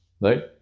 right